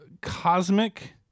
cosmic